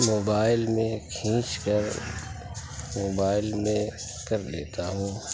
mobile میں کھینچ کر موبائل میں کر لیتا ہوں